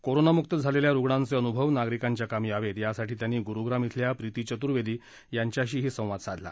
कोरोनामुक्त झालेल्या रुग्णांचे अनुभव नागरिकांच्या कामी यावेत यासाठी त्यांनी गुरूग्राम खेल्या प्रीती चतूर्वेदी यांच्याशीही संवाद साधला